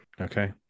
okay